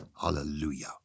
Hallelujah